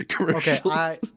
okay